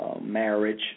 marriage